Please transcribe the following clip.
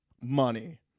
Money